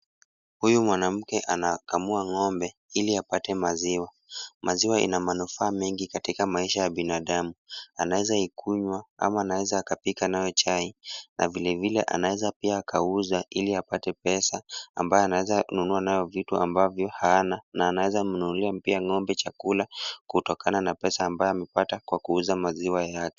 Huyu mwanamke anakamua ng'ombe ili apate maziwa. Maziwa ina manufaa mengi katika maisha ya binadamu. Anaweza ikunywa ama anaweza akapika nayo chai na vilivile anaweza pia akauza ili apate pesa ambayo anaweza nunua nayo vitu ambavyo hana na anaweza mnunulia pia ng'ombe chakula kutokana na pesa ambayo amepata kwa kuuza maziwa yake.